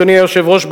אדוני היושב-ראש,